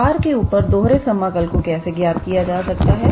तो R के ऊपर दोहरे समाकल को कैसे ज्ञात किया जा सकता है